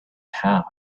have